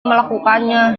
melakukannya